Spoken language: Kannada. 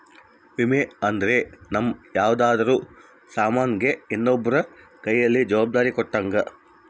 ವಿಮೆ ಅಂದ್ರ ನಮ್ ಯಾವ್ದರ ಸಾಮನ್ ಗೆ ಇನ್ನೊಬ್ರ ಕೈಯಲ್ಲಿ ಜವಾಬ್ದಾರಿ ಕೊಟ್ಟಂಗ